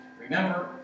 Remember